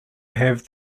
have